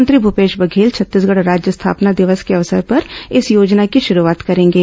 मुख्यमंत्री भूपेश बघेल छत्तीसगढ राज्य स्थापना दिवस के अवसर पर इस योजना की शुरूआत करेंगे